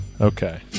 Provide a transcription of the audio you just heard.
okay